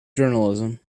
journalism